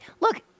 Look